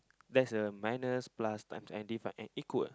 that's a minus plus times and divide and equal